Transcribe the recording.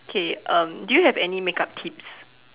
K um do you have any makeup tips